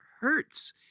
hurts